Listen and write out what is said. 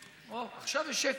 אוה, עכשיו יש שקט.